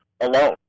alone